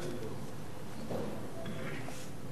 עם מוגבלות המועסקים כמשתקמים (הוראת שעה)